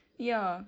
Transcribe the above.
ya